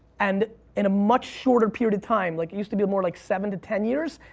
and in a much shorter period of time. like it used to be more like seven to ten years.